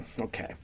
Okay